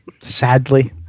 sadly